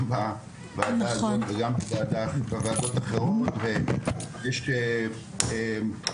גם בוועדה שלך וגם בוועדות אחרות ויש לי תחושה